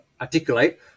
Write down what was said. articulate